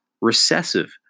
recessive